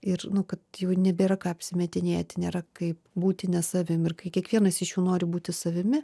ir kad jau nebėra ką apsimetinėti nėra kaip būti ne savim ir kai kiekvienas iš jų nori būti savimi